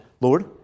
Lord